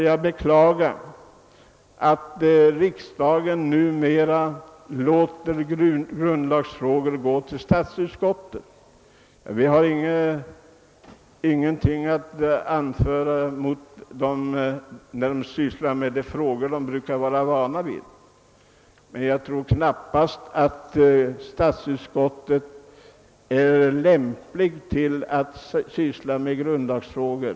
Jag beklagar att riksdagen remitterar grundlagsfrågor till statsutskottet. Jag har ingenting att anmärka på statsutskottets sätt att behandla de frågor som man där annars har att göra med, men jag tycker inte att det utskottet är lämpligt forum för att behandla grundlagsfrågor.